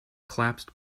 collapsed